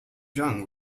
young